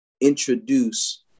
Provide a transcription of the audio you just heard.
introduce